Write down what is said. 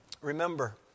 Remember